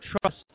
trust